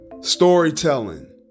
Storytelling